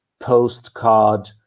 postcard